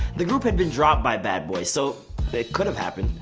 the group had been dropped by bad boy, so it could have happened.